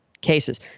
cases